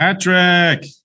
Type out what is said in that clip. Patrick